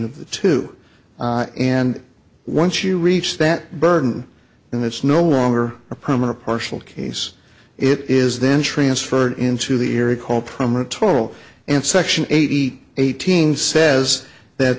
of the two and once you reach that burden and it's no longer a permanent partial case it is then transferred into the area called permanent toral and section eight eighteen says that